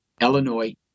Illinois